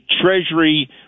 Treasury